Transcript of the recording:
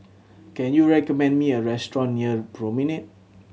can you recommend me a restaurant near Promenade